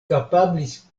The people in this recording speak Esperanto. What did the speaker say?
kapablis